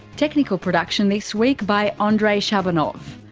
technical production this week by ah andrei shabunov,